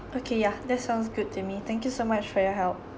okay ya that sounds good to me thank you so much for your help